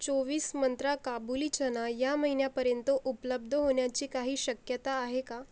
चोवीस मंत्रा काबुली चणा या महिन्यापर्यंत उपलब्ध होण्याची काही शक्यता आहे का